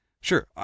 sure